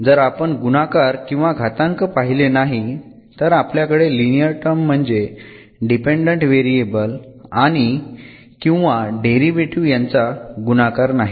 जर आपण गुणाकार किंवा घातांक पहिले नाही तर आपल्याकडे लिनियर टर्म म्हणजे डिपेंडंट व्हेरिएबल आणि किंवा डेरिव्हेटीव्ह यांचा गुणाकार नाही